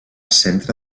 centre